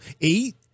eight